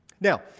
Now